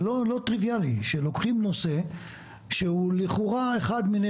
זה לא טריוויאלי שלוקחים נושא שהוא לכאורה אחד מיני